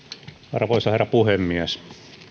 arvoisa herra puhemies